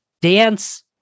dance